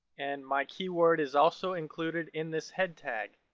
and my keyword is also included in this head tag.